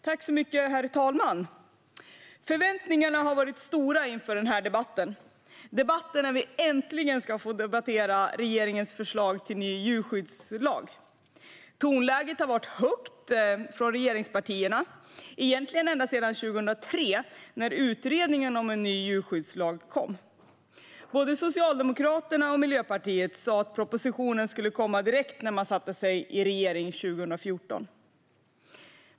Herr talman! Förväntningarna har varit stora inför den här debatten - den debatt när vi äntligen ska få debattera regeringens förslag till ny djurskyddslag. Tonläget har varit högt från regeringspartierna, egentligen ända sedan 2003 när utredningen om en ny djurskyddslag kom. Både Socialdemokraterna och Miljöpartiet sa att propositionen skulle komma direkt när de satte sig i regeringen 2014.